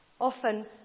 Often